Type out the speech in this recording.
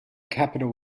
capital